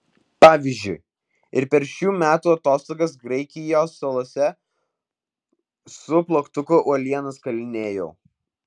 pavyzdžiui ir per šių metų atostogas graikijos salose su plaktuku uolienas kalinėjau